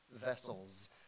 vessels